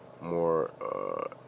more